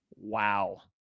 wow